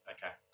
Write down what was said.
Okay